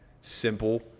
simple